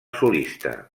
solista